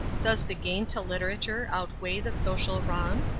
does the gain to literature outweigh the social wrong?